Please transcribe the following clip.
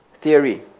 theory